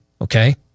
okay